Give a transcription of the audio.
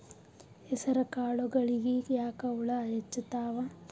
ಹೆಸರ ಕಾಳುಗಳಿಗಿ ಯಾಕ ಹುಳ ಹೆಚ್ಚಾತವ?